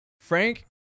Frank